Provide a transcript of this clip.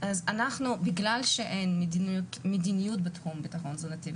אז בגלל שאין מדיניות בתחום הביטחון התזונתי,